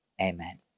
Amen